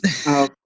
Okay